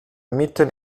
mitten